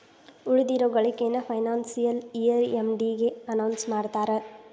ಉಳಿದಿರೋ ಗಳಿಕೆನ financial year ಎಂಡಿಗೆ ಅನೌನ್ಸ್ ಮಾಡ್ತಾರಾ